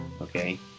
okay